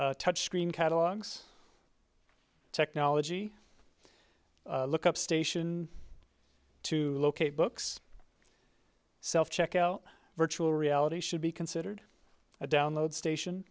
up touch screen catalogs technology look up station to locate books self checkout virtual reality should be considered a download station